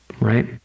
right